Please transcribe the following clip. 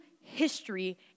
history